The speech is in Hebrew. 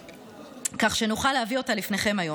כך שנוכל להביא אותה לפניכם היום.